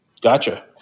Gotcha